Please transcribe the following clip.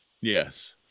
Yes